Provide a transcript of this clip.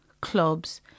clubs